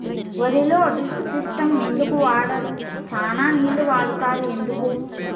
వరిలో drip system ఎందుకు వాడరు? చానా నీళ్లు వాడుతారు ఎందుకు?